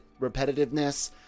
repetitiveness